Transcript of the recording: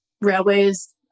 railways